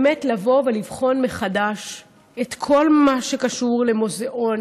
גם לשרת התרבות לבוא ולבחון מחדש את כל מה שקשור למוזיאונים,